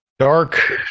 Dark